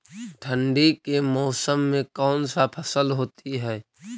ठंडी के मौसम में कौन सा फसल होती है?